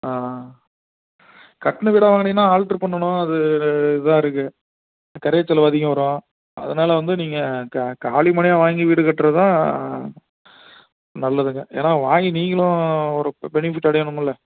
ஆ ஆ கட்டின வீடாக வாங்கனீங்கன்னால் ஆல்டரு பண்ணணும் அது இதாக இருக்குது கிரைய செலவு அதிகம் வரும் அதனால் வந்து நீங்கள் கா காலிமனையாக வாங்கி வீடு கட்டுறது தான் நல்லதுங்க ஏன்னால் வாங்கி நீங்களும் ஒரு பெனிஃபிட் அடையணுமில்ல